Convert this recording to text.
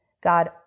God